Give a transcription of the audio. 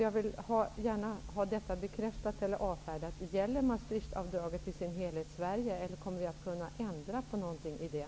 Jag vill gärna ha bekräftat eller avfärdat om Maastrichtfördraget i sin helhet gäller Sverige, eller om vi kommer att kunna ändra på något i det?